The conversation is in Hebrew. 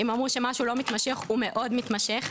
אם אמרו שמשהו לא מתמשך, הוא מאוד מתמשך.